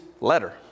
letter